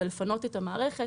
ולפנות את המערכת,